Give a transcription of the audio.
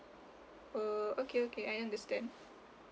uh okay okay I understand